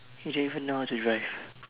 you don't even know how to drive